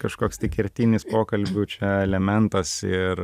kažkoks tai kertinis pokalbių čia elementas ir